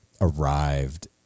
arrived